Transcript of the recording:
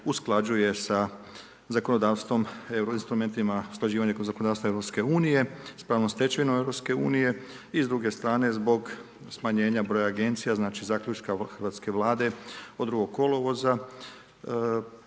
usklađuje sa zakonodavstvom .../Govornik se ne razumije./... usklađivanje zakonodavstva EU-a s pravnom stečevinom EU-a i s druge strane zbog smanjenja broja agencija znači zaključka hrvatske Vlade od 2. kolovoza